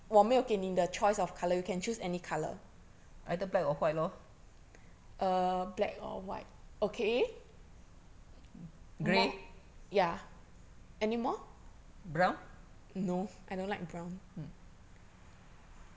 either black or white lor grey brown mm